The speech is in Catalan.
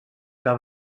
que